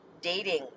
dating